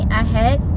ahead